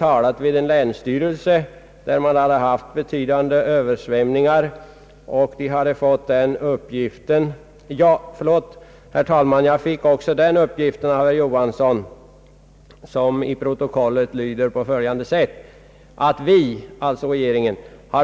Jag fick även den uppgiften av statsrådet Johansson att regeringen